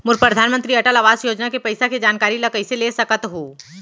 मोर परधानमंतरी अटल आवास योजना के पइसा के जानकारी ल कइसे ले सकत हो?